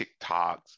TikToks